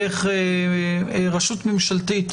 איך רשו תך ממשלתית